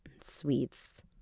sweets